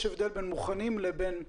יש הבדל בין מוכנים לבין רוצים,